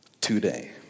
today